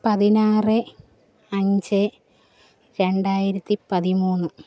പതിനാറ് അഞ്ച് രണ്ടായിരത്തി പതിമൂന്ന്